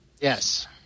yes